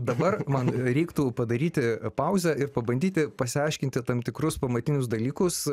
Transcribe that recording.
dabar man reiktų padaryti pauzę ir pabandyti pasiaiškinti tam tikrus pamatinius dalykus